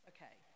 Okay